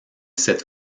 cette